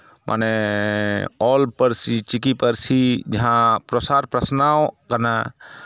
ᱢᱟᱱᱮ ᱚᱞ ᱯᱟᱹᱨᱥᱤ ᱪᱤᱠᱤ ᱯᱟᱹᱨᱥᱤ ᱡᱟᱦᱟᱸ ᱯᱨᱚᱥᱟᱨ ᱯᱟᱥᱱᱟᱣ ᱠᱟᱱᱟ